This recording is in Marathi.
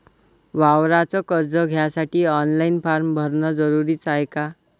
वावराच कर्ज घ्यासाठी ऑनलाईन फारम भरन जरुरीच हाय का?